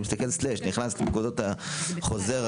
אני נכנס לפקודות החוזר,